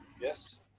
yes.